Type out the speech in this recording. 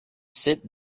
sit